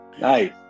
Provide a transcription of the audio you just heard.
Nice